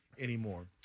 anymore